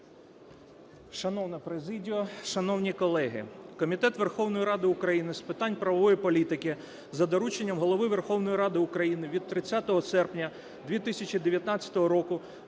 Шановна президія! Шановні колеги! Комітет Верховної Ради України з питань правової політики за дорученням Голови Верховної Ради України від 30 серпня 2019 року